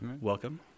Welcome